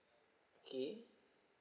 okay